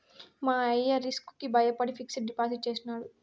మా అయ్య రిస్క్ కి బయపడి ఫిక్సిడ్ డిపాజిట్ చేసినాడు